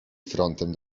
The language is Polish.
frontem